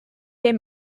day